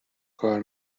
کار